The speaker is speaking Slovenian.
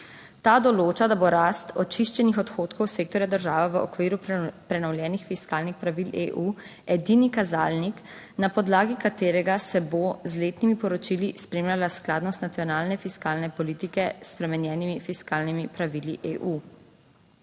Ta določa, da bo rast očiščenih odhodkov sektorja država v okviru prenovljenih fiskalnih pravil EU edini kazalnik, na podlagi katerega se bo z letnimi poročili spremljala skladnost nacionalne fiskalne politike s spremenjenimi fiskalnimi pravili EU.